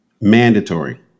Mandatory